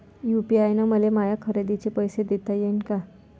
UPI न मले माया खरेदीचे पैसे देता येईन का?